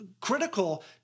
critical